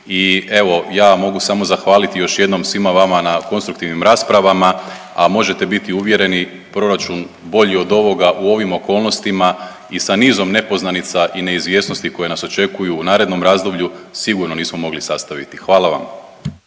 i evo ja mogu samo zahvaliti još jednom svima vama na konstruktivnim raspravama, a možete biti uvjereni proračun bolji od ovoga u ovim okolnostima i sa nizom nepoznanica i neizvjesnosti koje nas očekuju u narednom razdoblju sigurno nismo mogli sastaviti, hvala vam.